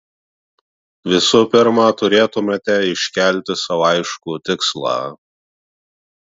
visų pirma turėtumėte iškelti sau aiškų tikslą